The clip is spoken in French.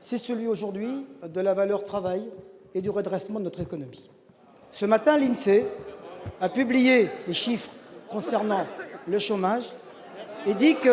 c'est celui aujourd'hui de la valeur travail et du redressement de notre économie. Ce matin, l'INSEE a publié les chiffres concernant le chômage. Chers